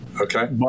Okay